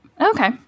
Okay